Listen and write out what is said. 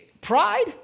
Pride